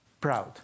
proud